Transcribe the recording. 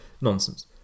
nonsense